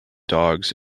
dogs